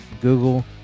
Google